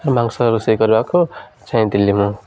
ମାଂସ ରୋଷେଇ କରିବାକୁ ଚାହିଁଥିଲି ମୁଁ